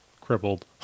crippled